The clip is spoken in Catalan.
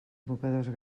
mocadors